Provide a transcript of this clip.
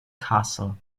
castle